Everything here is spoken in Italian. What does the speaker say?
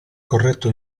corretto